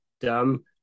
dumb